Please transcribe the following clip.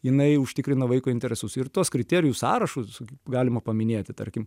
jinai užtikrina vaiko interesus ir tos kriterijų sąrašus galima paminėti tarkim